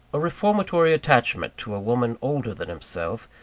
a reformatory attachment to a woman older than himself,